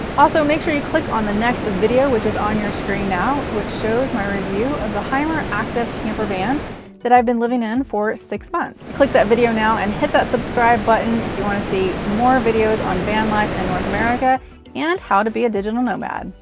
also, make sure you click on the next video, which is on your screen now, which shows my review of the hymer aktiv campervan that i've been living in for six months. click that video now and hit that subscribe button if you wanna see more videos on van life in north america and how to be a digital nomad.